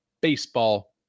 baseball